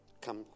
Come